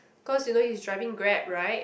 cause you know he is driving grab right